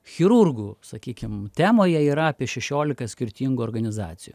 chirurgų sakykim temoje yra apie šešiolika skirtingų organizacijų